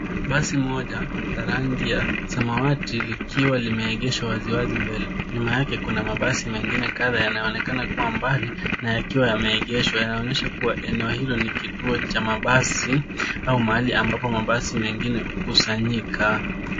Basi moja la rangi ya samawati likiwa limeegeshwa wazi wazi mbele. Nyuma yake kuna mabasi mengine kadhaa yanaonekana kuwa mbali na yakiwa yameegeshwa, yanaonyesha kuwa eneo hilo ni kituo cha mabasi au mahali ambapo mabasi mengine hukusanyika.